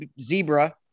Zebra